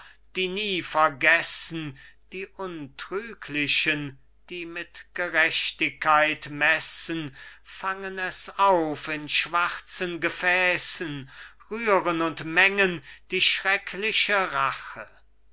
die nie vergessen die untrüglichen die mit gerechtigkeit messen fangen es auf in schwarzen gefäßen rühren und mengen die schreckliche rache